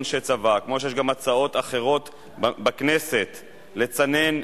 כשלא התקבלה הסתייגות לא צריך לשאול.